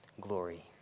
glory